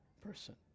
person